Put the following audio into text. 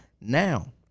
Now